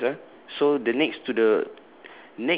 clockwise ah so the next to the